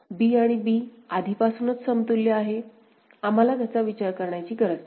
b आणि b आधीपासूनच समतुल्य आहेत आम्हाला त्याचा विचार करण्याची गरज नाही